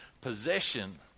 possession